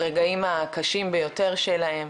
ברגעים הקשים ביותר שלהם.